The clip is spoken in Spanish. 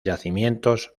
yacimientos